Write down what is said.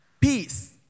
peace